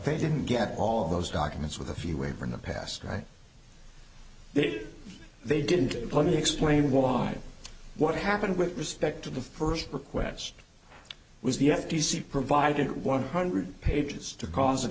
they didn't get all those documents with a few waiver in the past right if they didn't let me explain why what happened with respect to the first request was the f t c provided one hundred pages to cause of